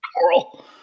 Coral